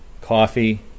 Coffee